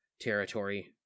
territory